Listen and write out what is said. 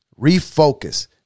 Refocus